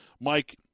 Mike